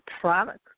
product